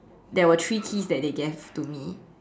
there were three keys that they gave to me